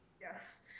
Yes